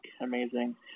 amazing